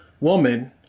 woman